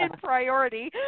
priority